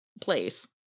place